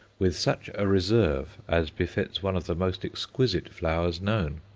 with such a reserve as befits one of the most exquisite flowers known,